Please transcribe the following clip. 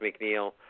McNeil